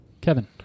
Kevin